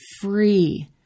free